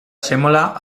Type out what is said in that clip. sèmola